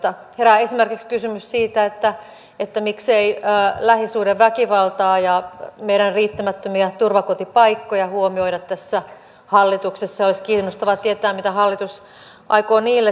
herää esimerkiksi kysymys siitä miksei lähisuhdeväkivaltaa ja meidän riittämättömiä turvakotipaikkojamme huomioida tässä hallituksessa ja olisi kiinnostavaa tietää mitä hallitus aikoo niille tehdä